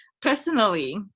Personally